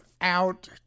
Out